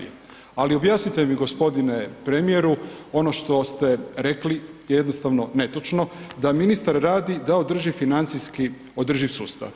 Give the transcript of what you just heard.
Ali objasnite mi gospodine premijeru, ono što ste rekli je jednostavno netočno da ministar radi da održi financijski održiv sustav.